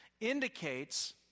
indicates